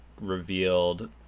revealed